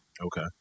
Okay